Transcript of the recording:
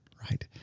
right